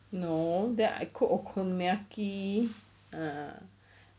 no then I cook okonomiyaki ah